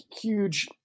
huge